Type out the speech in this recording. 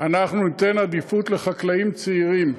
אנחנו ניתן עדיפות לחקלאים צעירים,